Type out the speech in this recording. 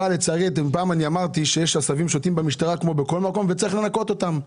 פעם אמרתי שבמשטרה יש עשבים שוטים כמו בכל מקום וצריך לנקות אותם.